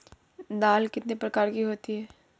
दाल कितने प्रकार की होती है?